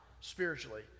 spiritually